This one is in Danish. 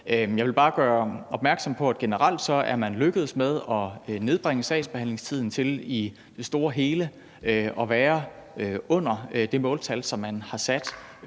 Jeg vil bare gøre opmærksom på, at generelt er man lykkedes med at nedbringe sagsbehandlingstiden til i det store hele at være under det måltal, som man har sat,